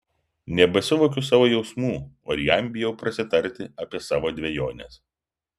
nebesuvokiu savo jausmų o ir jam bijau prasitarti apie savo dvejones